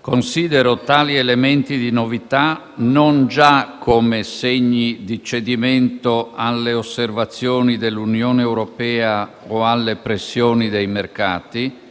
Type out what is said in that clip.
Considero tali elementi di novità non già come segni di cedimento alle osservazioni dell'Unione europea o alle pressioni dei mercati,